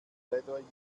plädoyer